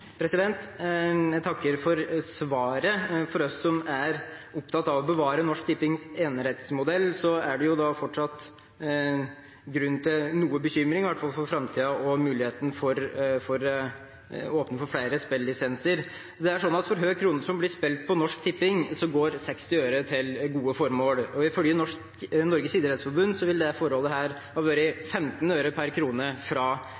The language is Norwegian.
Jeg takker for svaret. For oss som er opptatt av å bevare Norsk Tippings enerettsmodell, er det fortsatt grunn til noe bekymring for framtiden og muligheten for at det åpnes for flere spillisenser. For hver krone som blir spilt hos Norsk Tipping, går 60 øre til gode formål. Ifølge Norges idrettsforbund vil det forholdet være 15 øre per krone fra